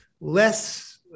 less